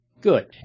Good